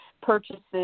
purchases